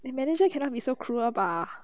the manager cannot be so cruel bah